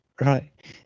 Right